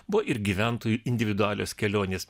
buvo ir gyventojų individualios kelionės